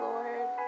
Lord